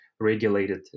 regulated